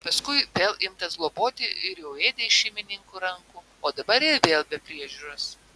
paskui vėl imtas globoti ir jau ėdė iš šeimininkų rankų o dabar ir vėl be priežiūros